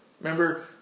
Remember